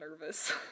nervous